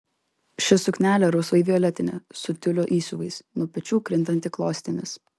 ši suknelė rausvai violetinė su tiulio įsiuvais nuo pečių krintanti klostėmis